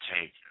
take